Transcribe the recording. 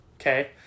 Okay